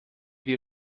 wir